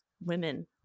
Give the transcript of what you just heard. women